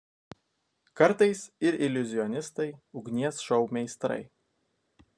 kartais ir iliuzionistai ugnies šou meistrai